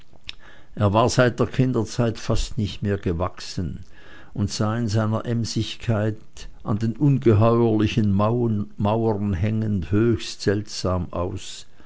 er war seit der kinderzeit fast gar nicht mehr gewachsen und sah in seiner emsigkeit an den ungeheuerlichen mauern hängend höchst seltsam aus